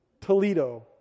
Toledo